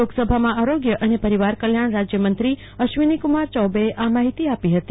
લોકસભામાં આરોગ્ય ને પરીવાર કલ્યાણ રાજયમંત્રી શ્રીનીકુમાર ચૌબેએ આ માહિતી આપી હતી